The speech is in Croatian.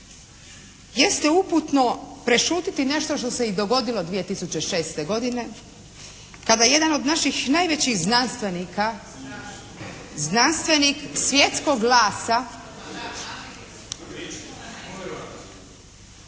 jeste uputno prešutiti nešto što se i dogodilo 2006. godine kada jedan od naših najvećih znanstvenika, znanstvenik svjetskog glasa.